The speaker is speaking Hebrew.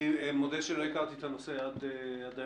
אני מודה שלא הכרתי את הנושא עד היום,